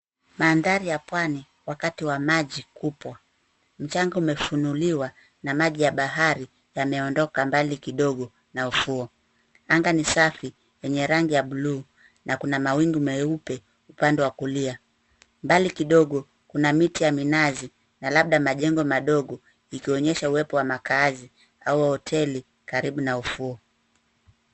Mandhari ya Pwani wakati wa maji kupwa. Mchanga umefunuliwa na maji ya bahari yameondoka mbali kidogo na ufuo. Anga ni safi yenye rangi ya bluu na kuna mawingu meupe upande wa kulia. Mbali kidogo kuna miti ya minazi na labda majengo madogo ikionyesha uwepo wa makaazi au hoteli karibu na ufuo.